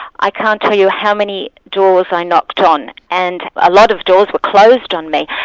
i can't tell you how many doors i knocked on, and a lot of doors were closed on me.